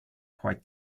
quite